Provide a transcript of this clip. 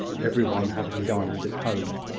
everyone having dined at home.